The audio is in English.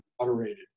moderated